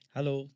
Hello